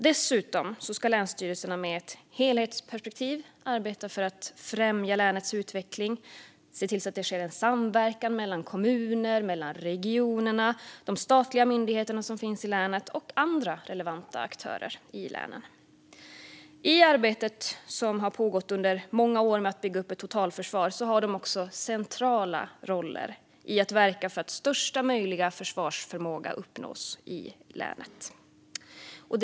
Dessutom ska länsstyrelserna med ett helhetsperspektiv arbeta för att främja länens utveckling och se till att det sker en samverkan mellan kommuner, regioner, statliga myndigheter och andra relevanta aktörer i länen. I det arbete som har pågått under många år med att bygga upp ett totalförsvar har länsstyrelserna centrala roller när det gäller att verka för att största möjliga försvarsförmåga uppnås i respektive län.